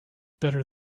better